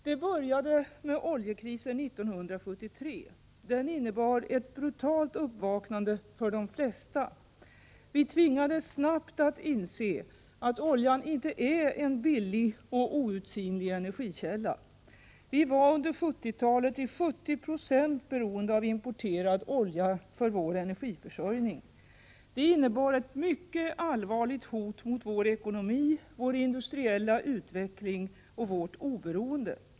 Det började med oljekrisen 1973. Den innebar ett brutalt uppvaknande för de flesta. Vi tvingades snabbt att inse att oljan inte är en billig och outsinlig energikälla. Vi var under 1970-talet till 70 96 beroende av importerad olja för vår energiförsörjning. Det innebar ett mycket allvarligt hot mot vår ekonomi, vår industriella utveckling och vårt oberoende.